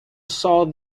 saw